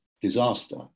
disaster